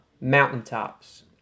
mountaintops